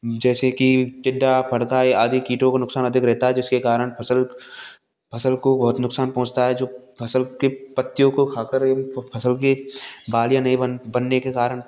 जैसे कि टिड्डा फड़का या आदि कीटों को नुकसान अधिक रहता है जिसके कारण फ़सल फ़सल को बहुत नुकसान पहुँचता है जो फ़सल की पत्तियों को खाकर ये फ़सल की बालियाँ नहीं बनने के कारण